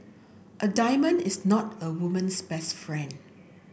a diamond is not a woman's best friend